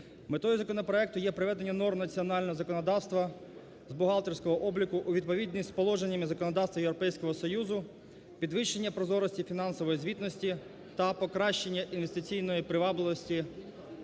Метою законопроекту є приведення норм національного законодавства з бухгалтерського обліку у відповідність з положеннями законодавства Європейського Союзу, підвищення прозорості фінансової звітності та покращення інвестиційної привабливості